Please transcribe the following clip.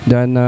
Dan